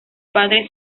padres